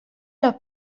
los